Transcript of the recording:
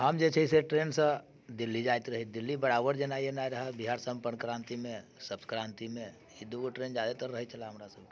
हम जे छै से ट्रेन से दिल्ली जाइत रही दिल्ली बराबर जेनाइ एनाइ रहै बिहार संपर्कक्रांतिमे सप्तक्रांतिमे ई दूगो ट्रेन जादातर रहैत छलै हमरा सभकेँ